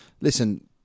listen